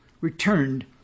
returned